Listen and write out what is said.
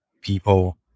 people